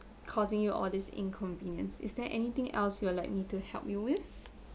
causing you all this inconvenience is there anything else you would like me to help you with